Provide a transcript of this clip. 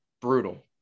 Brutal